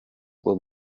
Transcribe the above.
will